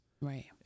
right